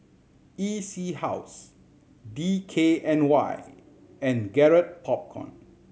E C House D K N Y and Garrett Popcorn